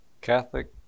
Catholic